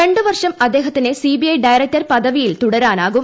ര ു വർഷം അദ്ദേഹത്തിന് സിബിഐ ഡയറക്ടർ പദവിയിൽ തുടരാനാകും